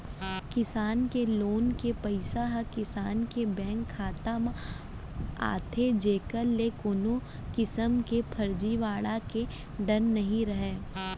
किसान के लोन के पइसा ह किसान के बेंक खाता म आथे जेकर ले कोनो किसम के फरजीवाड़ा के डर नइ रहय